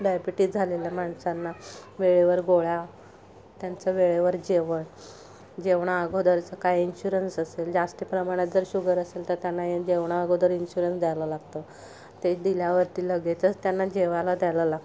diabetes झालेल्या माणसांना वेळेवर गोळ्या त्यांचं वेळेवर जेवण जेवणा अगोदरचा काय इन्श्युरन्स असेल जास्ती प्रमाणात जर शुगर असेल तर त्यांना जेवणा अगोदर इन्श्युरन्स द्यायला लागतं ते दिल्यावरती लगेचच त्यांना जेवायला द्यायला लागतं